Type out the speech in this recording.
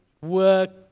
work